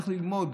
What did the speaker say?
איך ללמוד